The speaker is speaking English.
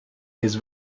his